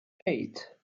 eight